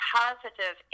positive